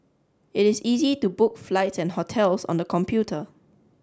it is easy to book flights and hotels on the computer